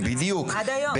עד היום.